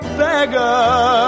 beggar